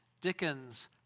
Dickens